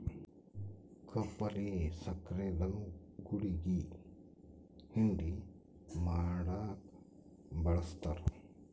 ಕಬ್ಬಿಲ್ಲಿ ಸಕ್ರೆ ಧನುಗುಳಿಗಿ ಹಿಂಡಿ ಮಾಡಕ ಬಳಸ್ತಾರ